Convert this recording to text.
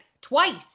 Twice